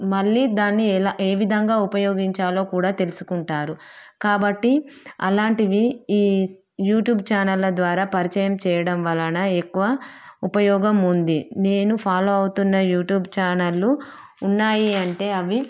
మళ్ళీ దాన్ని ఎలా ఏ విధంగా ఉపయోగించాలో కూడా తెలుసుకుంటారు కాబట్టి అలాంటివి ఈ యూట్యూబ్ ఛానల్ ద్వారా పరిచయం చేయడం వలన ఎక్కువ ఉపయోగం ఉంది నేను ఫాలో అవుతున్న యూట్యూబ్ ఛానల్ ఉన్నాయి అంటే అవి